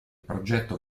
progetto